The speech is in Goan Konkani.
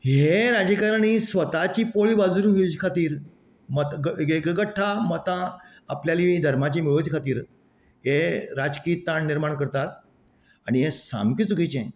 हे राजकारणी स्वताची पोळी भाजून घेवचे खातीर मत एकगट्ठा मतां आपल्याली धर्माची मेळोवचे खातीर हे राजकीय ताण निर्माण करतात आनी हें सामके चुकिचें